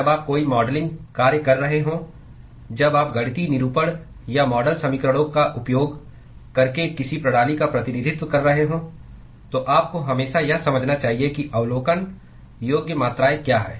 जब आप कोई मॉडलिंग कार्य कर रहे हों जब आप गणितीय निरूपण या मॉडल समीकरणों का उपयोग करके किसी प्रणाली का प्रतिनिधित्व कर रहे हों तो आपको हमेशा यह समझना चाहिए कि अवलोकन योग्य मात्राएँ क्या हैं